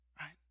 right